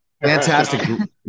Fantastic